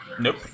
Nope